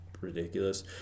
ridiculous